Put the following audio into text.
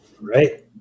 Right